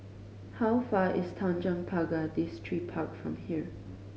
how far is Tanjong Pagar Distripark from here